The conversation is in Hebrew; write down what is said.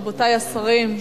רבותי השרים,